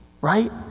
right